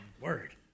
Word